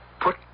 put